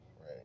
right